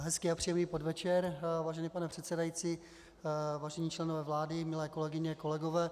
Hezký a příjemný podvečer, vážený pane předsedající, vážení členové vlády, milé kolegyně, kolegové.